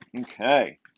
Okay